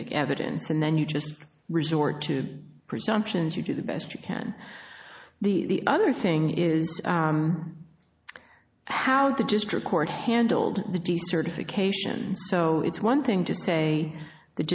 sic evidence and then you just resort to presumptions you do the best you can the other thing is how the district court handled the decertification so it's one thing to say the